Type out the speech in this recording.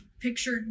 picture